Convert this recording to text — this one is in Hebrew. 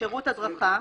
"שירות הדרכה"